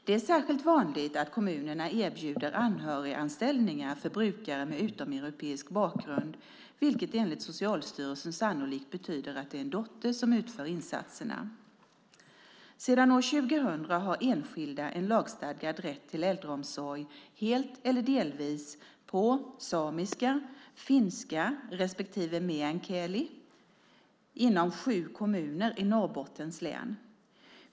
Det är särskilt vanligt att kommunerna erbjuder anhöriganställningar för brukare med utomeuropeisk bakgrund, vilket enligt Socialstyrelsen sannolikt betyder att det är en dotter som utför insatserna. Sedan år 2000 har enskilda en lagstadgad rätt till äldreomsorg helt eller delvis på samiska, finska respektive meänkieli inom sju kommuner i Norrbottens län.